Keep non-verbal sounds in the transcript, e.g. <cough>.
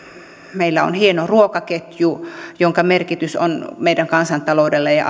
meillä on hieno ruokaketju jonka merkitys on meidän kansantaloudellemme ja <unintelligible>